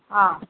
હા